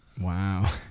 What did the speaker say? Wow